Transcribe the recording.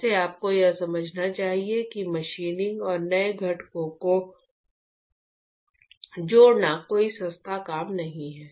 वैसे आपको यह समझना चाहिए कि मशीनिंग और नए घटकों को जोड़ना कोई सस्ता काम नहीं है